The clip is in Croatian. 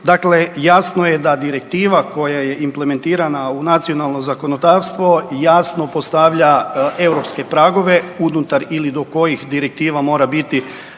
Dakle, jasno je da direktiva koja je implementirana u nacionalno zakonodavstvo jasno postavlja europske pragove unutar ili do kojih direktiva mora biti